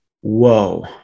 whoa